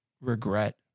regret